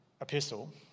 epistle